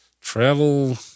Travel